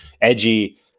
edgy